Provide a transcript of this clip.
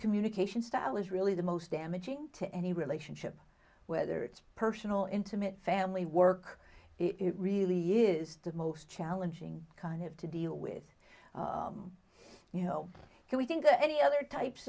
communication style is really the most damaging to any relationship whether it's personal intimate family work it really is the most challenging kind have to deal with you know can we think of any other types